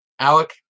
alec